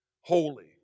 holy